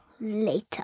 Later